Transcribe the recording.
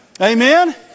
Amen